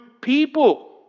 people